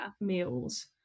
Meals